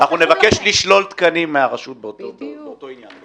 אנחנו נבקש לשלול תקנים מהרשות באותו עניין.